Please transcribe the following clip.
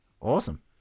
Awesome